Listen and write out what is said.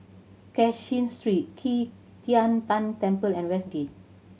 Cashin Street Qi Tian Tan Temple and Westgate